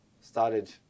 started